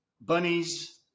bunnies